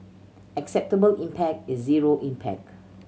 acceptable impact is zero impact